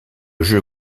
jeu